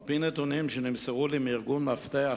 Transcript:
על-פי נתונים שנמסרו לי מארגון "מפתח",